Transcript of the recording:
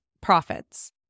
profits